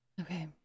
Okay